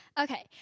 Okay